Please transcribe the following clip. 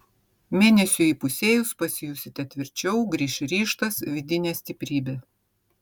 mėnesiui įpusėjus pasijusite tvirčiau grįš ryžtas vidinė stiprybė